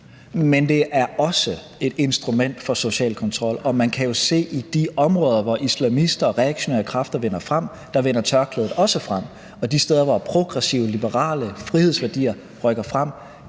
men det er også et instrument for social kontrol. Man kan jo se, at i de områder, hvor islamister og reaktionære kræfter vinder frem, vinder tørklædet også frem, og at de steder, hvor progressive, liberale frihedsværdier rykker frem,